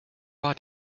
war